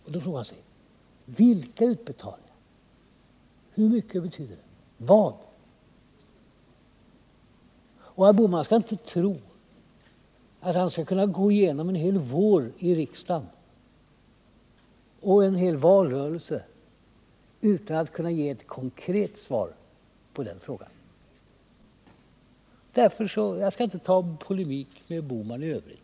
Och då frågar man sig: Vilka utbetalningar? Hur mycket betyder det? Vad? Herr Bohman skall inte tro att han skall kunna gå igenom en hel vår i riksdagen och en hel valrörelse utan att kunna ge ett konkret svar på den frågan. Jag skall inte ta upp polemik med herr Bohman i övrigt.